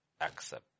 accept